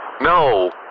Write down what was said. No